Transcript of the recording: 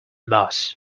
bus